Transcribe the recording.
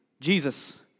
Jesus